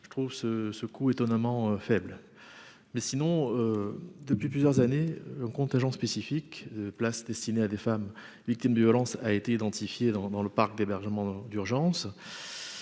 je trouve ce ce coup étonnamment faible mais sinon depuis plusieurs années un contingent spécifique places destinées à des femmes victimes de violences a été identifié dans dans le parc d'hébergement d'urgence